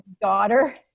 daughter